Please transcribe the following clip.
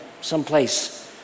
someplace